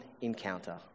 encounter